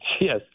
Yes